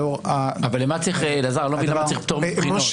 בשביל מה צריך פטור בבחינות?